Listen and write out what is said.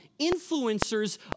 influencers